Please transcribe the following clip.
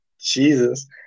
Jesus